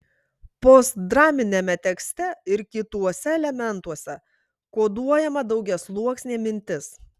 postdraminiame tekste ir kituose elementuose koduojama daugiasluoksnė mintis